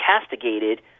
castigated